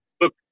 look